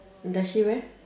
does she wear